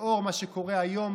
לאור מה שקורה היום,